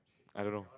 I don't know